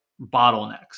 bottlenecks